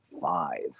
five